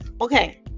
okay